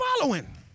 following